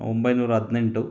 ಒಂಬೈನೂರ ಹದಿನೆಂಟು